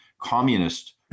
communist